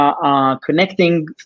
Connecting